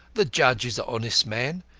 the judge is an honest man,